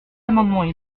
amendements